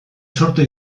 sorta